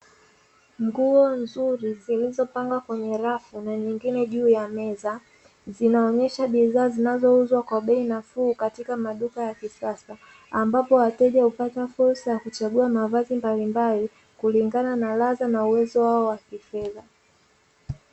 Nguo nzuri zilizopangwa kwenye rafu na nyingine juu ya meza, zinaonyesha bidhaa zinazouzwa kwa bei nafuu katika maduka ya kisasa; ambapo wateja hupata fursa ya kuchagua mavazi mbalimbali, kulingana na ladha na uwezo wao wa kifedha.